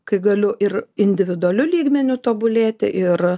kai galiu ir individualiu lygmeniu tobulėti ir